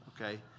okay